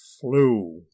flew